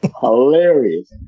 Hilarious